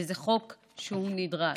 זה חוק שהוא נדרש.